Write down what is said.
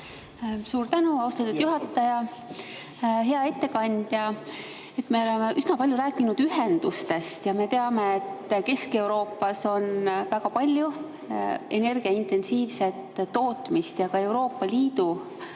Suur tänu, austatud juhataja! Hea ettekandja! Me oleme üsna palju rääkinud ühendustest ja me teame, et Kesk-Euroopas on väga palju energiaintensiivset tootmist. Ja kui Euroopa Liidu